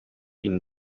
ihnen